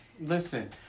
Listen